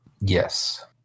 Yes